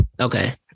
Okay